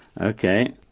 Okay